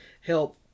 help